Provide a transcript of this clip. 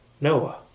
Noah